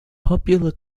popular